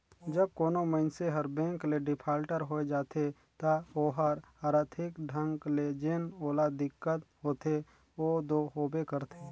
जब कोनो मइनसे हर बेंक ले डिफाल्टर होए जाथे ता ओहर आरथिक ढंग ले जेन ओला दिक्कत होथे ओ दो होबे करथे